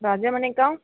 Rajamanickam